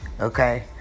Okay